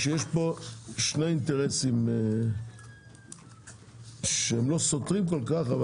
שיש פה שני אינטרסים שהם לא סותרים כל כך.